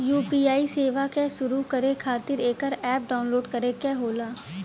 UPI सेवा क शुरू करे खातिर एकर अप्प डाउनलोड करे क होला